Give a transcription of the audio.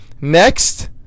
Next